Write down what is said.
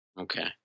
okay